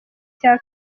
cya